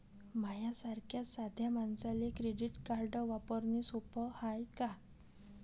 माह्या सारख्या साध्या मानसाले क्रेडिट कार्ड वापरने सोपं हाय का?